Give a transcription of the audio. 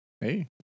Hey